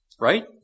Right